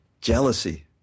Jealousy